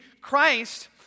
Christ